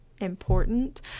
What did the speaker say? important